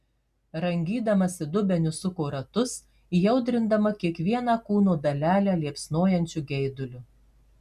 rangydamasi dubeniu suko ratus įaudrindama kiekvieną kūno dalelę liepsnojančiu geiduliu